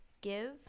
give